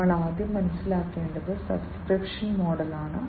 നമ്മൾ ആദ്യം മനസ്സിലാക്കേണ്ടത് സബ്സ്ക്രിപ്ഷൻ മോഡലാണ്